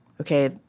okay